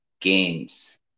games